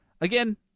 Again